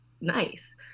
nice